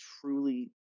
truly